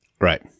right